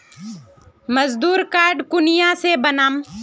मजदूर कार्ड कुनियाँ से बनाम?